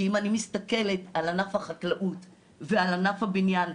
כי אם אני מסתכלת על ענף החקלאות ועל ענף הבניין,